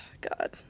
God